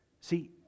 See